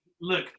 look